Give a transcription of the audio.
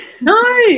No